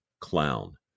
clown